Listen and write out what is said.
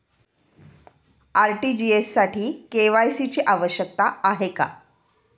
RTGS साठी KYC ची आवश्यकता आहे का?